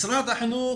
משרד החינוך,